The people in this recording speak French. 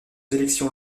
élections